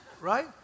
Right